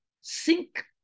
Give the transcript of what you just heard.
Sink